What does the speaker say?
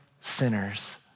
sinners